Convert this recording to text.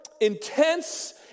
intense